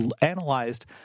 analyzed